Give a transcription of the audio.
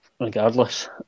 Regardless